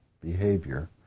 behavior